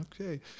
Okay